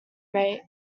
rate